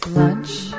lunch